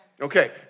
Okay